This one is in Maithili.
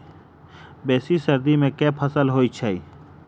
बेसी सर्दी मे केँ फसल होइ छै?